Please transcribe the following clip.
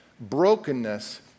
Brokenness